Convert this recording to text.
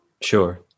Sure